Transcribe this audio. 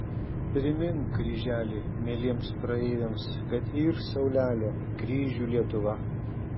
primink kryželi mieliems praeiviams kad yr saulelė kryžių lietuva